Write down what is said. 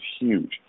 huge